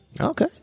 Okay